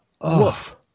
Woof